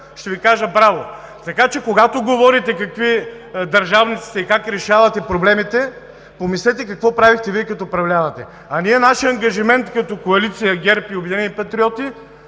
ще Ви кажа „Браво!“. Когато говорите какви държавниците сте и как решавате проблемите, помислете какво правехте Вие, като управлявахте. А ние нашият ангажимент като коалиция – ГЕРБ и „Обединени патриоти“,